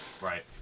Right